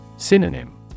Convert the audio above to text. Synonym